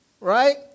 right